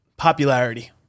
Popularity